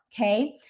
okay